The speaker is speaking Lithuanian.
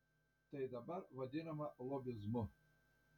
tai dabar vadinama lobizmu